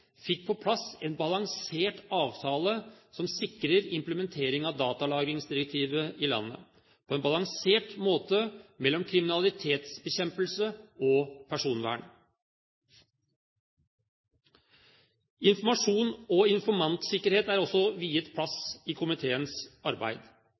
fikk på plass en balansert avtale som sikrer implementering av datalagringsdirektivet i landet på en balansert måte mellom kriminalitetsbekjempelse og personvern. Informasjon og informantsikkerhet er også viet